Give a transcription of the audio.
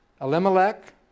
Elimelech